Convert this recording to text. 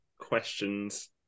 questions